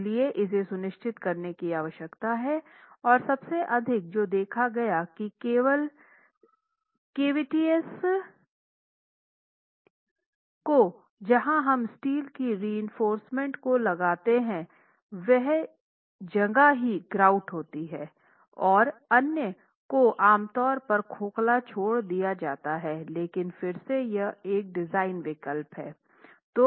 इसलिए इसे सुनिश्चित करने की आवश्यकता है और सबसे अधिक जो देखा गया की केवल कवीटीएस को जहाँ हम स्टील की रीइंफोर्स्मेंट को लगाते हैं वह जगह ही ग्राउटेड होती है और अन्य को आमतौर पर खोखला छोड़ दिया जाता है लेकिन फिर से यह एक डिज़ाइन विकल्प है